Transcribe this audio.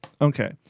Okay